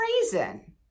reason